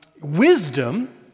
wisdom